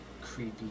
creepy